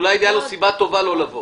אולי הייתה לו סיבה טובה לא לבוא.